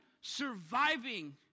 surviving